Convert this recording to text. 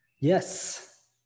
yes